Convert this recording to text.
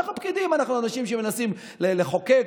אנחנו פקידים, אנחנו אנשים שמנסים לחוקק.